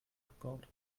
gebaut